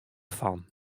fan